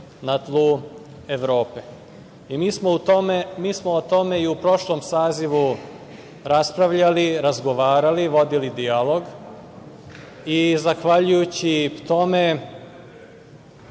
na tlu Evrope. Mi smo o tome i u prošlom sazivu raspravljali, razgovarali, vodili dijalog i, zahvaljujući tome,